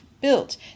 built